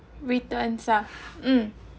re~ and stuff um